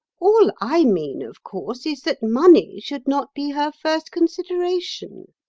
all i mean, of course, is that money should not be her first consideration.